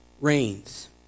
rains